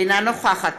אינה נוכחת